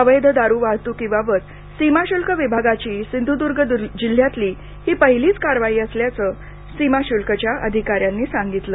अवैध दारू वाहतुकीबाबत सीमाशुल्क विभागाची सिंधुदुर्ग जिल्ह्यातली ही पहिलीच कारवाई असल्याचं सीमाशुल्कच्या अधिकाऱ्यांनी सांगितलं